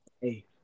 Hey